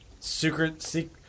secret –